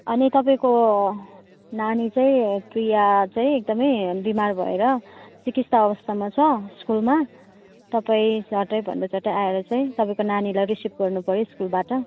अनि तपाईँको नानी चाहिँ प्रिया चाहिँ एकदमै बिमार भएर सिकिस्त अवस्थामा छ स्कुलमा तपाईँ झट्टैभन्दा झट्टै आएर चाहिँ तपाईँको नानीलाई रिसिभ् गर्नुपर्यो स्कुलबाट